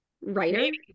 writer